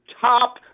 top